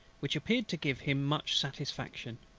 which appeared to give him much satisfaction.